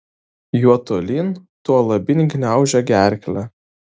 juo tolyn tuo labyn gniaužia gerklę